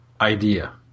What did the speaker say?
idea